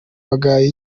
bagaye